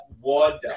water